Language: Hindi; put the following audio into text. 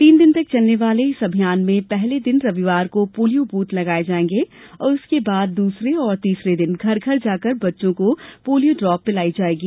तीन दिन चलने वाले इस अभियान में पहले दिन रविवार को पोलियो बूथ लगाए जाएंगे और उसके बाद दूसरे और तीसरे दिन घर घर जाकर बच्चों को पोलियो ड्राप पिलाई जाएगी